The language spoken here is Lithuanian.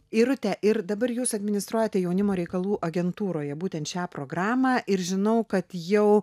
irute ir dabar jūs administruojate jaunimo reikalų agentūroje būtent šią programą ir žinau kad jau